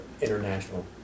international